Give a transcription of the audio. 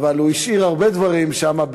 אבל הוא השאיר הרבה דברים שם,